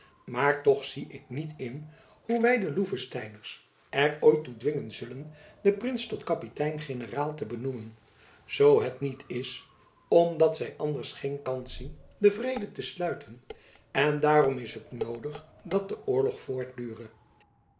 maar toch zie ik niet in hoe wy de loevesteiners er ooit toe dwingen zullen den prins tot kapitein generaal te benoemen zoo het niet is om dat zy anders geen kans zien den vrede te sluiten en daarom is het noodig dat de oorlog voortdure